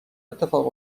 اتفاق